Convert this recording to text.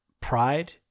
pride